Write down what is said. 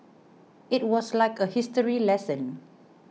it was like a history lesson